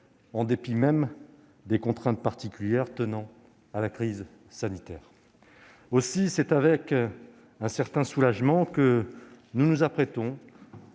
en dépit même des contraintes particulières tenant à la crise sanitaire. Aussi, c'est avec un certain soulagement que nous nous apprêtons